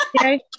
Okay